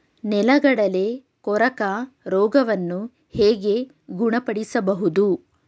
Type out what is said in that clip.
ನೆಲಗಡಲೆ ಕೊರಕ ರೋಗವನ್ನು ಹೇಗೆ ಗುಣಪಡಿಸಬಹುದು?